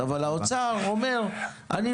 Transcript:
כי הסכום שהאוצר נותן לא